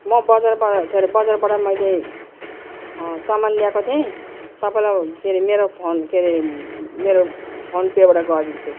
म बजारबाट के अरे बजारबाट मैले सामान ल्याएको थिएँ तपाईँलाई के अरे मेरो फोन के अरे मेरो फोनपेबाट गरिदिन्छु